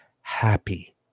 happy